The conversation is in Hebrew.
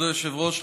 כבוד היושב-ראש,